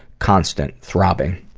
constant. throbbing.